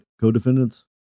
co-defendants